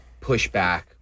pushback